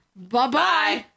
Bye-bye